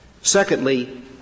Secondly